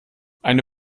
eine